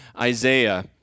Isaiah